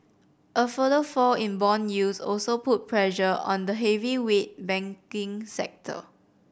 a further fall in bond yields also put pressure on the heavyweight banking sector